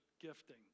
gifting